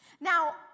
Now